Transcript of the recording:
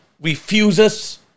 refuses